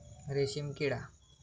रेशीमकिडा